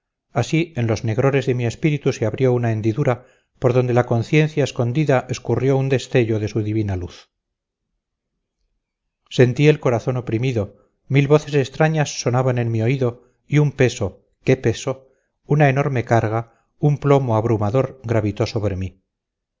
así en los negrores de mi espíritu se abrió una hendidura por donde la conciencia escondida escurrió un destello de su divina luz sentí el corazón oprimido mil voces extrañas sonaban en mi oído y un peso qué peso una enorme carga un plomo abrumador gravitó sobre mí